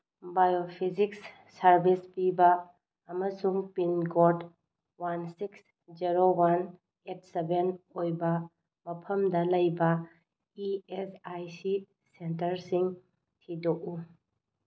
biophysics service ꯄꯤꯕ ꯑꯃꯁꯨꯡ pin code one six zero one eight seven ꯑꯣꯏꯕ ꯃꯐꯝꯗ ꯂꯩꯕ ꯏ ꯑꯦꯁ ꯑꯥꯏ ꯁꯤ ꯁꯦꯟꯇꯔꯁꯤꯡ ꯊꯤꯗꯣꯛꯎ